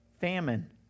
famine